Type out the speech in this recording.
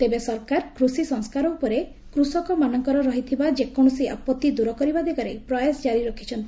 ତେବେ ସରକାର କୃଷି ସଂସ୍କାର ଉପରେ କୃଷକମାନଙ୍କର ରହିଥିବା ଯେକୌଣସି ଆପଭି ଦୂର କରିବା ଦିଗରେ ପ୍ରୟାସ କାରି ରଖିଛନ୍ତି